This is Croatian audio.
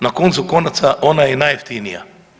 Na koncu konca ona je i najjeftinija.